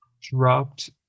dropped